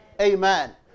Amen